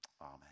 Amen